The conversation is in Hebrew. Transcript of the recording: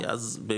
כי אז,